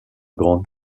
grand